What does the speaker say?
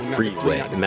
Freeway